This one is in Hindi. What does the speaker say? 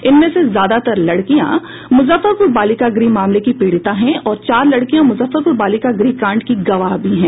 इनमें से ज्यादातर लड़कियां मुजफ्फरपुर बालिका गृह मामले की पीड़िता हैं और चार लड़कियां मुजफ्फरपुर बालिका गृह कांड की गवाह भी हैं